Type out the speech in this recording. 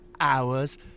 hours